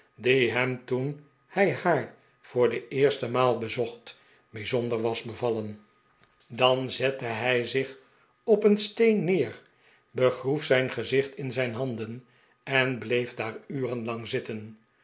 die hem toen hij haar voor de eerste maal bezocht bijzonder was bevallen dan zette de pickwick club hij zich op een steen neer begroef zijri gezicht in zijn handen en bleef daar uren lang zitten